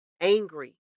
angry